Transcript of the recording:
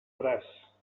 braç